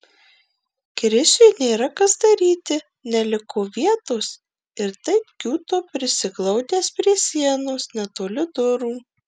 krisiui nėra kas daryti neliko vietos ir taip kiūto prisiglaudęs prie sienos netoli durų